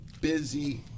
busy